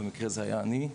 במקרה זה היה אני,